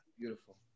Beautiful